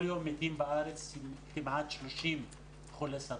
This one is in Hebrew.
כל יום מתים בארץ כמעט 30 חולי סרטן.